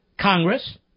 Congress